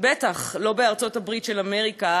בטח לא בארצות-הברית של אמריקה,